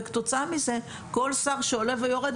כתוצאה מכך, הדברים משתנים עם כל שר שעולה ויורד.